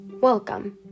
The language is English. Welcome